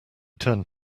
turned